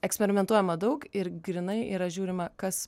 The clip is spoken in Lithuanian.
eksperimentuojama daug ir grynai yra žiūrima kas